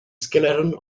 skeleton